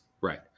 Right